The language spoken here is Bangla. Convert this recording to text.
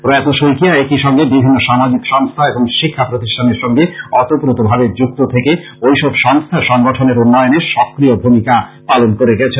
প্রয়াত শইকীয়া একই সঙ্গে বিভিন্ন সামাজিক সংস্থা এবং শিক্ষা প্রতিষ্ঠানের সঙ্গে অতপ্রত ভাবে যুক্ত থেকে ওইসব সংস্থা সংগঠনের উন্নয়নে সক্রীয় ভূমিকা পালন করে গেছেন